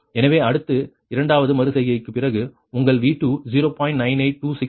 எனவே அடுத்தது இரண்டாவது மறு செய்கைக்குப் பிறகு உங்கள் V2 0